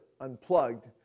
unplugged